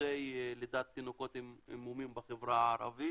אחוזי לידת תינוקות עם מומים בחברה הערבית.